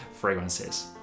fragrances